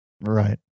Right